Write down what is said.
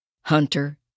Hunter